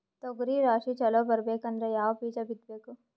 ತೊಗರಿ ರಾಶಿ ಚಲೋ ಬರಬೇಕಂದ್ರ ಯಾವ ಬೀಜ ಬಿತ್ತಬೇಕು?